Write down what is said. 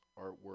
artwork